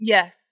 Yes